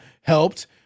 helped